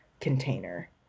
container